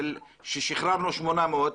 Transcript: ששחררנו 800,